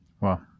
Wow